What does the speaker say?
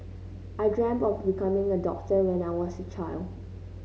I dreamt of becoming a doctor when I was a child